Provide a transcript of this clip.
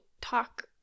talk